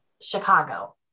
Chicago